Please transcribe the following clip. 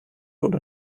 oder